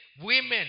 Women